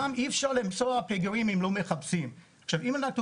וגם אי אפשר למצוא פגרים אם לא מחפשים.